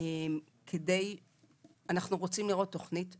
אנו רוצים לראות תוכנית מלאה,